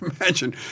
imagine